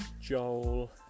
Joel